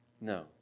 No